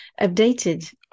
updated